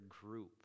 group